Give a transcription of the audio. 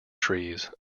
trees